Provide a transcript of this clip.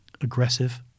aggressive